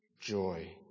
joy